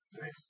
Nice